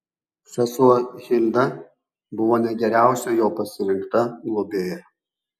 sesuo hilda buvo ne geriausia jo pasirinkta globėja